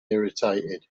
irritated